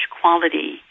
quality